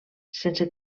sense